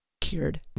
cured